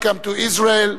Welcome to Israel,